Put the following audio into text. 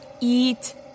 eat